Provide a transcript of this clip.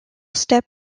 step